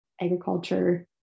agriculture